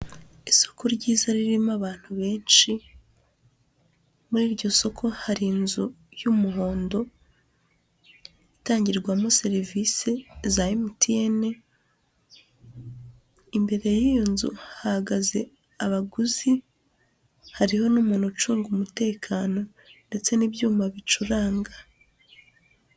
Isoko ryiza ririmo abantu benshi, muri iryo soko hari inzu y'umuhondo itangirwamo serivisi za MTN, imbere y'iyo nzu hahagaze abaguzi hariho n'umuntu ucunga umutekano ndetse n'ibyuma bicuranga.